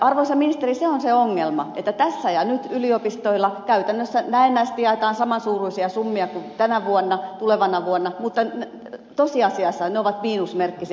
arvoisa ministeri se on se ongelma että tässä ja nyt yliopistoilla käytännössä näennäisesti jaetaan saman suuruisia summia kuin tänä vuonna tulevana vuonna mutta tosiasiassa ne ovat miinusmerkkisiä